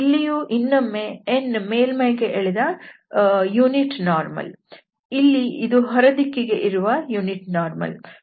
ಇಲ್ಲಿಯೂ ಇನ್ನೊಮ್ಮೆ n ಮೇಲ್ಮೈ ಗೆ ಎಳೆದ ಏಕಾಂಶ ಲಂಬ ಇಲ್ಲಿ ಇದು ಹೊರ ದಿಕ್ಕಿಗೆ ಇರುವ ಏಕಾಂಶ ಲಂಬ